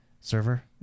server